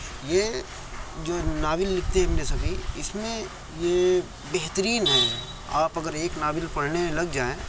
یہ جو ناول لکھتے ہیں ابن صفی اس میں یہ بہترین ہے آپ اگر ایک ناول پڑھنے میں لگ جائیں